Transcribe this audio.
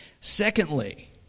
Secondly